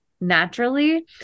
naturally